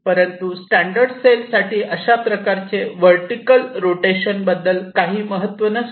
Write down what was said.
परंतु standard cell साठी अशा प्रकारचे वर्टीकल रोटेशन बद्दल काही महत्त्व नसते